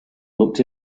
looked